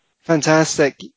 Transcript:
Fantastic